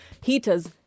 heaters